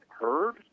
heard